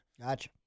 Gotcha